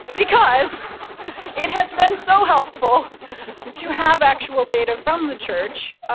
because it has been so helpful to have actual data from the church